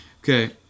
Okay